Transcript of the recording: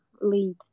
lead